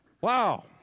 Wow